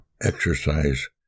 exercise